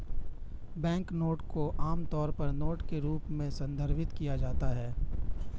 banknote को आमतौर पर नोट के रूप में संदर्भित किया जाता है